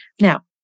Now